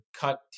cut